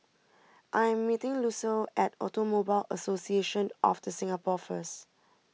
I am meeting Lucille at Automobile Association of the Singapore first